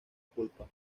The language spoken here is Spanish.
pulpa